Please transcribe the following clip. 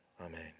Amen